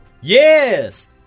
Yes